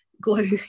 glue